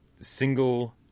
single